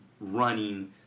running